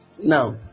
Now